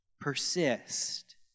Persist